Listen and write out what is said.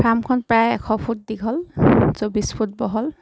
ফাৰ্মখন প্ৰায় এশ ফুট দীঘল চৌব্বিছ ফুট বহল